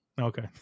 Okay